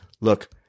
Look